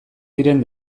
ziren